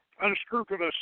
unscrupulous